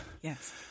Yes